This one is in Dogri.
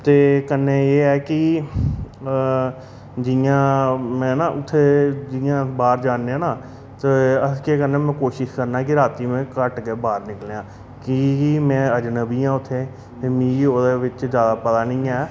ते कन्नै एह् ऐ कि जि'यां मैं न उत्थै जि'यां बाह्र जाने आं न ते अस केह् करने में कोशिश करने आं कि रातीं मैं घट्ट गै बाह्र निकलने आं कि में अजनबी आं उत्थै मीं ओह्दे बिच्च जादा पता निं ऐ